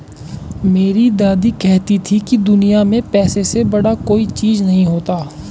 मेरी दादी कहती थी कि दुनिया में पैसे से बड़ा कोई चीज नहीं होता